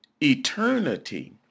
eternity